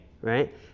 right